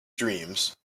dreams